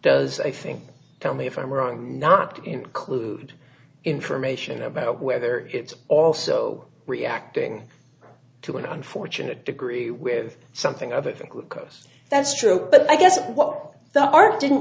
does i think tell me if i'm wrong not to include information about whether it's also reacting to an unfortunate degree with something of it or glucose that's true but i guess what the art didn't